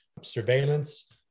surveillance